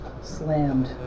slammed